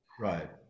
right